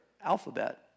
alphabet